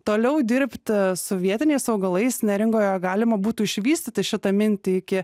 toliau dirbti su vietiniais augalais neringoje galima būtų išvystyti šitą mintį iki